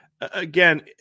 again